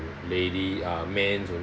lady uh men only